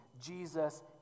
Jesus